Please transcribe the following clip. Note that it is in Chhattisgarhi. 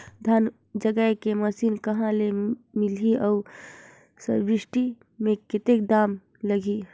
धान जगाय के मशीन कहा ले मिलही अउ सब्सिडी मे कतेक दाम लगही?